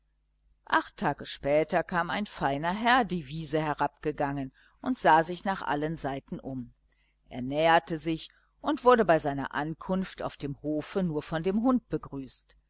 acht tage später kam ein feiner herr die wiese herabgegangen und sah sich nach allen seiten um er näherte sich und wurde bei seiner ankunft auf dem hofe nur von dem hund begrüßt